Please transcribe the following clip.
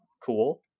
cool